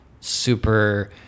super